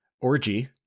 orgy